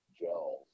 gels